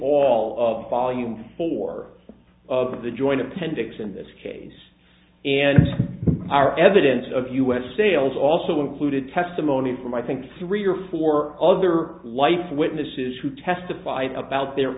all of volume four of the joint appendix in this case and our evidence of u s sales also included testimony from i think three or four other life witnesses who testified about their